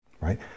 right